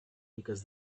because